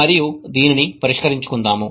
మరియు దీనిని పరిష్కరించుకుందాం